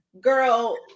girl